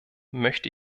möchte